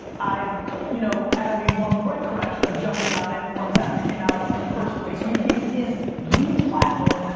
you know and i made one right correction of jumping on it months after it came out in the first place. youtube is the platform,